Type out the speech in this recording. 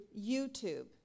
YouTube